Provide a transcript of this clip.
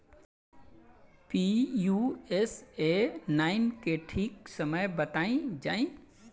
Pusa nine के ठीक समय बताई जाई?